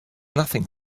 nothing